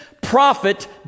prophet